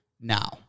now